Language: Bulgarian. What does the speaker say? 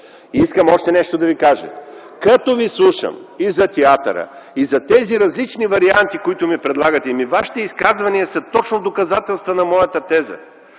Искам още нещо да ви кажа. Като ви слушам – и за театъра, и за тези различни варианти, които ни предлагате, ами, вашите изказвания са точно доказателства на моята теза.